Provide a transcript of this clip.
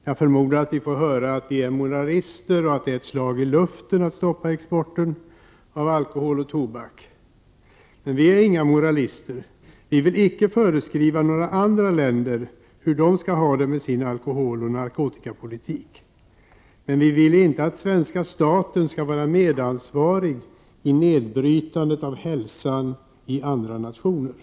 Jag förmodar att vi får höra att vi är moralister och att det är ett slag i luften att stoppa exporten av alkohol och tobak. Men vi är inga moralister. Vi vill icke föreskriva några andra länder hur de skall ha det med sin alkoholoch narkotikapolitik, men vi vill inte att svenska staten skall vara medansvarig i nedbrytandet av hälsan i andra nationer.